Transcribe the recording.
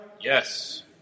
Yes